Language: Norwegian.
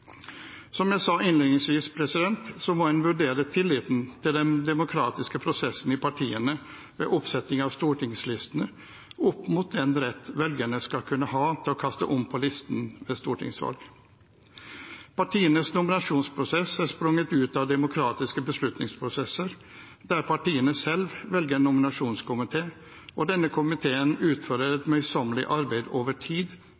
Som jeg sa innledningsvis, må en vurdere tilliten til den demokratiske prosessen i partiene ved oppsetting av stortingslistene opp mot den rett velgerne skal kunne ha til å kaste om på listen ved stortingsvalg. Partienes nominasjonsprosess er sprunget ut av demokratiske beslutningsprosesser, der partiene selv velger nominasjonskomité, og denne komiteen utfører et møysommelig arbeid over tid,